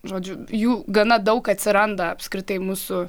žodžiu jų gana daug atsiranda apskritai mūsų